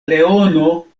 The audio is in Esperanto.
leono